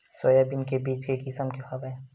Soybean के बीज के किसम के हवय?